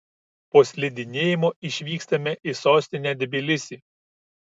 po slidinėjimo išvykstame į sostinę tbilisį